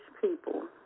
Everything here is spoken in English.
people